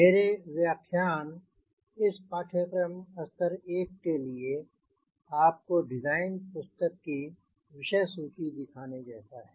मेरा व्याख्यान इस पाठ्यक्रम स्तर 1 के लिए आपको डिज़ाइन पुस्तक की विषय सूची दिखाने जैसा है